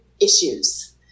issues